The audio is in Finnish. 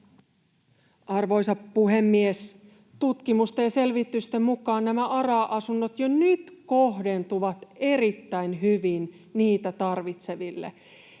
Arvoisa puhemies! Tutkimusten ja selvitysten mukaan nämä ARA-asunnot jo nyt kohdentuvat erittäin hyvin niitä tarvitseville.